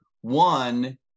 One